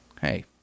hey